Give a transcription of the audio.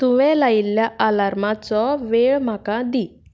तुवें लायिल्ल्या आलार्मांचो वेळ म्हाका दी